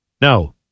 No